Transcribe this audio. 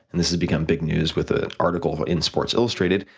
and this has become big news with the article in sports illustrated,